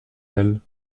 elles